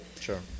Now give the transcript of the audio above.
sure